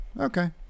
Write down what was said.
Okay